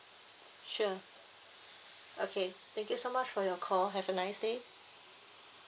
sure okay thank you so much for your call have a nice day